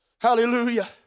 Hallelujah